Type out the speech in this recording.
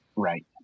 Right